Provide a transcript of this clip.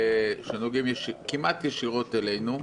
שנוגעים כמעט ישירות אלינו.